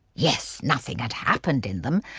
yes, nothing had happened in them,